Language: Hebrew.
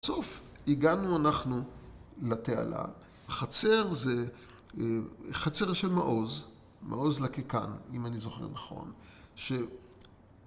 בסוף הגענו אנחנו לתעלה. חצר זה חצר של מעוז, מעוז לקקן אם אני זוכר נכון